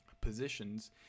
positions